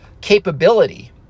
capability